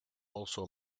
also